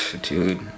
Dude